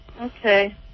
Okay